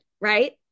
right